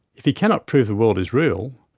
if he cannot prove the world is real,